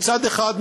מצד אחד,